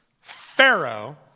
Pharaoh